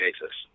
basis